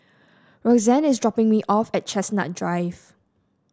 Roxanne is dropping me off at Chestnut Drive